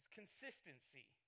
consistency